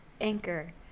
anchor